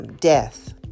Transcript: Death